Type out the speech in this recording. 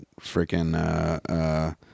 freaking